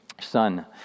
son